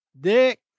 Dick